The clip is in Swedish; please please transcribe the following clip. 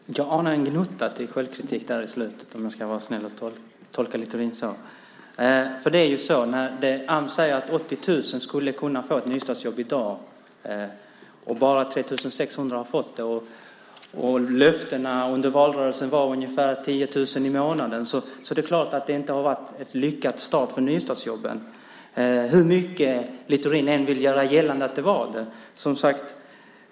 Herr talman! Jag anar en gnutta självkritik i slutet, om jag ska vara snäll och tolka Littorin så. Ams säger att 80 000 skulle kunna få ett nystartsjobb i dag, och bara 3 600 har fått det. Löftena under valrörelsen var ungefär 10 000 i månaden. Det är klart att det inte har varit en lyckad start för nystartsjobben, hur mycket Littorin än vill göra gällande att det har varit det.